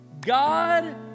God